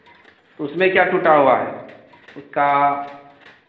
तो उसमें क्या टूटा हुआ है उसका